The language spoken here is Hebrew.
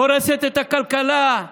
הורסת את הכלכלה.